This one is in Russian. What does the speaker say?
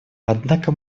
однако